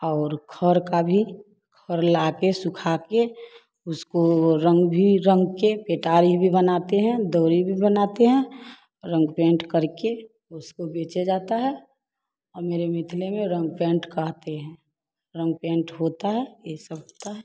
और घर का भी घर ला के सुखा के उसको रंग भी रंग के पिटारी भी बनाते हैं दरी भी बनाते हैं रंग पेंट करके उसको बेचा जाता है और मेरे मिथिला में रंग पेंट कराते हैं रंग पेंट होता है ये सब होता है